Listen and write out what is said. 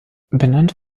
benannt